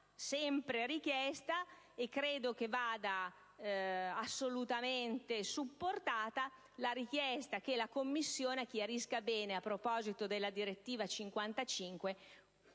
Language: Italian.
valida. Ancora, credo vada assolutamente supportata la richiesta che la Commissione chiarisca bene, a proposito della direttiva n.